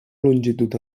longitud